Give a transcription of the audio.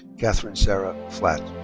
catherine sarah flatt.